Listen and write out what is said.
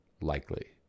likely